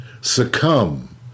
succumb